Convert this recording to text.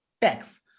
Tax